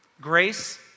Grace